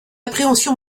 appréhension